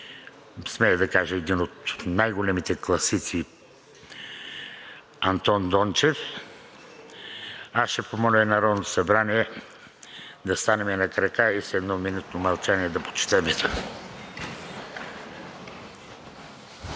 смея да кажа, един от най-големите класици – Антон Дончев. Аз ще помоля Народното събрание да станем на крака и с едноминутно мълчание да почетем